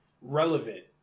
relevant